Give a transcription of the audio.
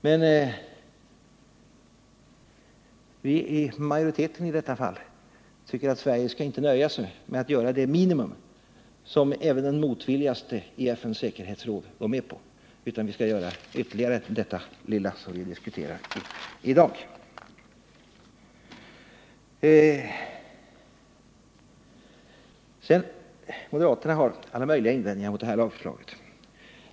Men vi, majoriteten i detta fall, tycker inte att Sverige skall nöja sig med att göra det minimum som även den motvilligaste i FN:s säkerhetsråd går med på, utan vi skall ytterligare göra vad vi diskuterar i dag. Moderaterna har alla möjliga invändningar mot det här lagförslaget.